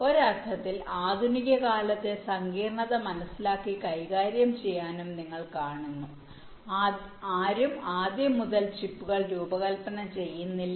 ഒരർത്ഥത്തിൽ ആധുനിക കാലത്തെ സങ്കീർണത മനസ്സിലാക്കി കൈകാര്യം ചെയ്യാനും നിങ്ങൾ കാണുന്നു ആരും ആദ്യം മുതൽ ചിപ്പുകൾ രൂപകൽപ്പന ചെയ്യുന്നില്ല